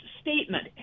statement